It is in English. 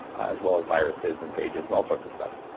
as well as viruses and phages and all sorts of stuff.